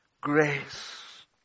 Grace